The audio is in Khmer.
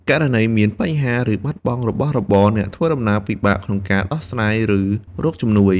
ករណីមានបញ្ហាឬបាត់បង់របស់របរ អ្នកដំណើរពិបាកក្នុងការដោះស្រាយឬរកជំនួយ។